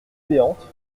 béante